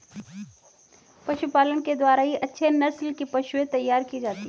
पशुपालन के द्वारा ही अच्छे नस्ल की पशुएं तैयार की जाती है